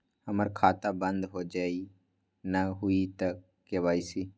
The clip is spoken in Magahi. हमर खाता बंद होजाई न हुई त के.वाई.सी?